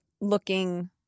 looking